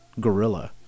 gorilla